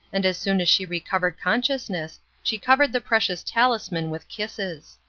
and as soon as she recovered consciousness she covered the precious talisman with kisses.